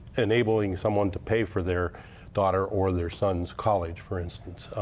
enabling someone to pay for their daughter or their son's college, for instance.